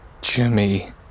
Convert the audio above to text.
Jimmy